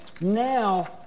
Now